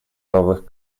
новых